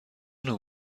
نوع